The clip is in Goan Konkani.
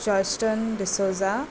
जस्टन डिसोजा